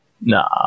Nah